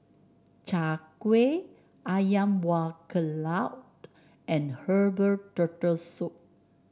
Chai Kueh ayam Buah Keluak and Herbal Turtle Soup